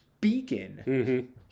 beacon